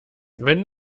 wenn